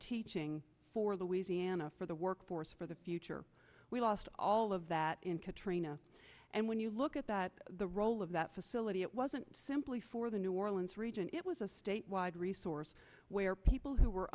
teaching for the wheezy an a for the workforce for the future we lost all of that in katrina and when you look at that the role of that facility it wasn't simply for the new orleans region it was a state wide resource where people who were